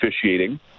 officiating